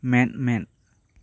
ᱢᱮᱫᱼᱢᱮᱫ